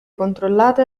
controllata